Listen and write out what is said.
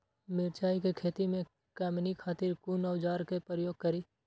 मिरचाई के खेती में कमनी खातिर कुन औजार के प्रयोग करी?